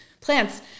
Plants